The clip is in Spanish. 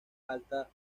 alta